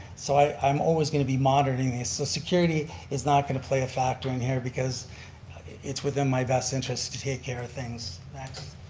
so i'm always going to be monitoring these. so security is not going to play a factor in here because it's within my best interest to take care of things. next.